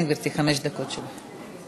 גברתי, חמש דקות שלך.